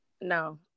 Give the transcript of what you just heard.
no